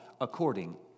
according